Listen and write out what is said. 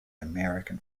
american